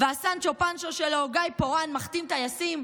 והסנצ'ו פנצ'ו שלו גיא פורן מחתים טייסים.